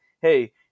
Hey